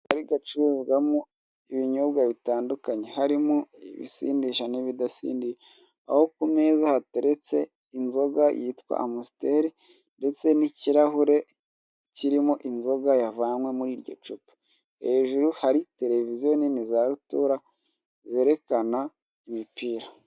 Akabari gacururizwamo ibinyobwa bitandukanye: harimo ibisindisha n'ibidasindisha. Aho ku meza hateretse inzoga yitwa Amusiteri ndetse n'ikirahure kirimo inzoga yavanywe muri iryo cupa. Hejuru hari televiziyo nini za rutura zerekana imipira.